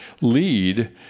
lead